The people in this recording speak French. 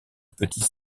petits